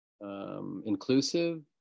inclusive